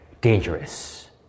dangerous